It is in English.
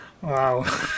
Wow